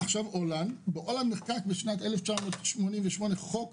בהולנד נחקק בשנת 1988 חוק